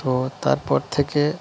তো তারপর থেকে